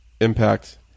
Impact